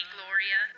Gloria